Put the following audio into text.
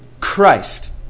Christ